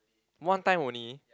one time only